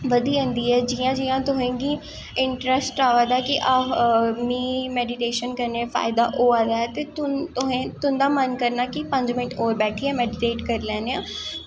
बधी जंदी ऐ जि'यां जि'यां तुसें गी इंट्रस्ट आवा दा कि मिगी मेडिटेशन करने दा फायदा होआ दा ऐ ते तुं'दा मन करना कि पंज मैंट होर बैठिये मेडिटेट करी लैन्ने आं